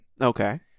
Okay